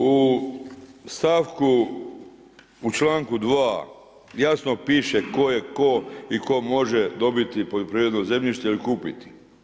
U stavku, u članku 2. jasno piše tko je tko i tko može dobiti poljoprivredno zemljište ili kupiti.